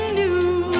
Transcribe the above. new